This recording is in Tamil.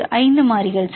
5 மாறிகள் சரி